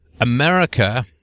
America